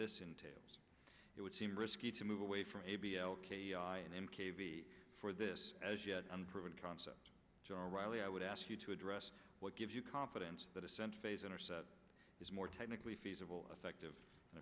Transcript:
this entails it would seem risky to move away from a b l k i n m k v for this as yet unproven concept reilly i would ask you to address what gives you confidence that ascent phase intercept is more technically feasible effective an